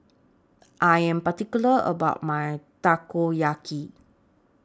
I Am particular about My Takoyaki